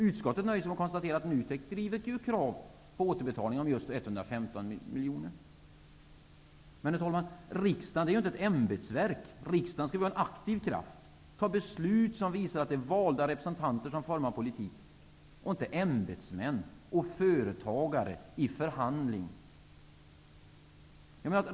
Utskottet nöjer sig med att konstatera att NUTEK driver krav på återbetalning av just 115 miljoner kronor. Herr talman! Riksdagen är ju inte ett ämbetsverk. Riksdagen skall vara en aktiv kraft och fatta beslut som visar att det är valda representanter som formar politiken och inte ämbetsmän och företagare i förhandling.